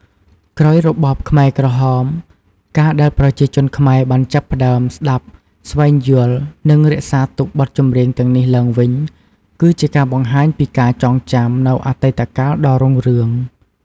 ក្រោយរបបខ្មែរក្រហម ការដែលប្រជាជនខ្មែរបានចាប់ផ្ដើម ស្តាប់ ស្វែងរក និង រក្សាទុក បទចម្រៀងទាំងនេះឡើងវិញ គឺជាការបង្ហាញពី ការចងចាំ នូវអតីតកាលដ៏រុងរឿង។